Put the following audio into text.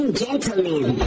gentlemen